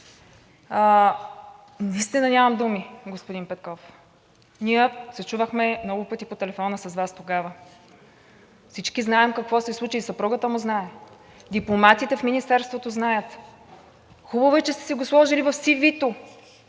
Наистина нямам думи, господин Петков! Ние се чувахме много пъти по телефона с Вас тогава. Всички знаем какво се случи. И съпругата му знае. Дипломатите в Министерството знаят. Хубаво е, че сте си го сложили в CV-то,